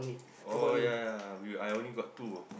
oh yea yea we I only got two ah